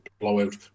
blowout